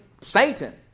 Satan